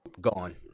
gone